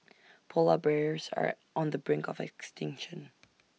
Polar Bears are on the brink of extinction